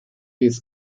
his